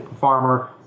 farmer